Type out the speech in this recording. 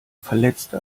verletzte